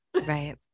Right